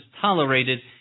tolerated